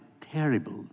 terrible